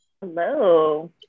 Hello